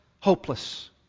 hopeless